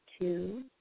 Two